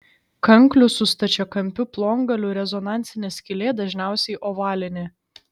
kanklių su stačiakampiu plongaliu rezonansinė skylė dažniausiai ovalinė